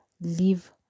leave